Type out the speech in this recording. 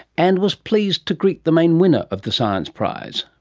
and was pleased to greet the main winner of the science prize,